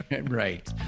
Right